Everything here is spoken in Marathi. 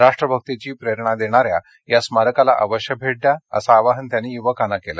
राष्ट्रभक्तीची प्रेरणा देणाऱ्या या स्मारकाला अवश्य भेट द्या असं आवाहन त्यांनी युवकांना केलं